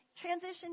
transition